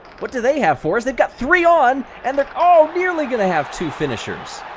what do they have for us they've got three on and they're oh, nearly gonna have two finishers.